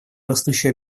растущую